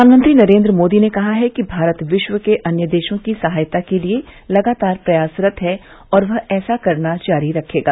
प्रधानमंत्री नरेंद्र मोदी ने कहा है कि भारत विश्व के अन्य देशों की सहायता के लिए लगातार प्रयासरत है और वह ऐसा करना जारी रखेगा